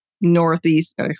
Northeast